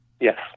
yes